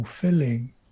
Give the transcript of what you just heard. fulfilling